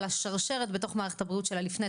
על השרשרת בתוך מערכת הבריאות של לפני,